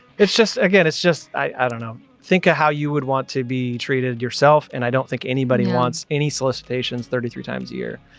it's just, again, it's just, i don't know, think of how you would want to be treated yourself. and i don't think anybody wants any solicitations thirty three times a year.